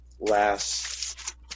last